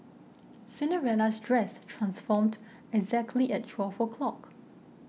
Cinderella's dress transformed exactly at twelve o' clock